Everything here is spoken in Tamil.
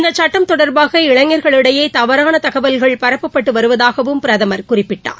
இந்த சுட்டம் தொடர்பாக இளைஞர்களிடையே தவறான தகவல்கள் பரப்பப்பட்டு வருவதாகவும் பிரதமர் குறிப்பிட்டார்